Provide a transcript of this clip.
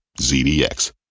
ZDX